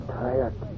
tired